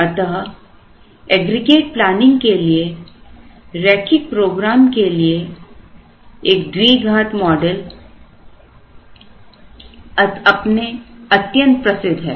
अतः aggregate planning के लिए रैखिक प्रोग्राम के लिए एक द्विघात मॉडल अपनेअत्यंत प्रसिद्ध है